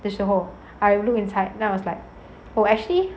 的时候 I look inside then I was like oh actually